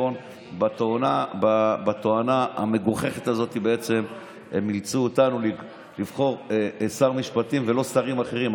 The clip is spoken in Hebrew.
ובתואנה המגוחכת הזאת הם אילצו אותנו לבחור שר משפטים ולא שרים אחרים.